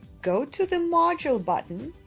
go to the module button